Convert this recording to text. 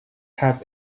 have